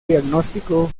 diagnóstico